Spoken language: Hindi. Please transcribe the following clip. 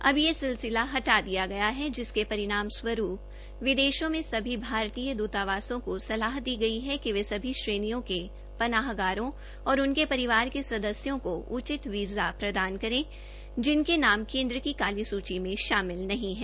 अब यह सिलसिला भी हटा दिया गया है जिसके परिणाम रूवरूप विदेशो में सभी द्रतावासों को सलाह दी गई है कि वे श्रेणियों के पनाहगारों और उनके परिवार के सदस्यों को उचित वीज़ा प्रदान करे जिनके नाम केन्द्र की काली सूची मे शामिल नहीं है